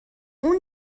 اون